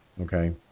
okay